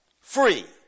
Free